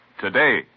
Today